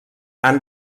han